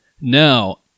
No